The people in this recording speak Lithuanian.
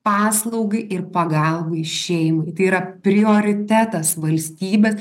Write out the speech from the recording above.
paslaugai ir pagalbai šeimai tai yra prioritetas valstybės